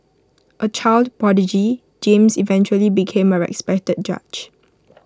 A child prodigy James eventually became A respected judge